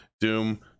doom